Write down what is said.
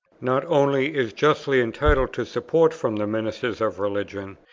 not only is justly entitled to support from the ministers of religion,